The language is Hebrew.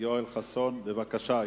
יואל חסון, בבקשה.